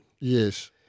Yes